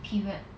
period